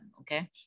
Okay